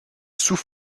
sous